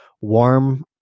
warm